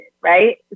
right